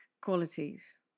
Qualities